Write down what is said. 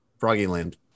Froggyland